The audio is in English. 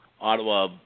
Ottawa